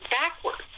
backwards